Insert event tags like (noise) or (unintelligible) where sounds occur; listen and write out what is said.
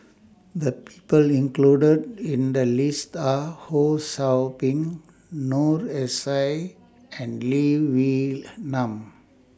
The People included in The list Are Ho SOU Ping Noor S I and Lee Wee (unintelligible) Nam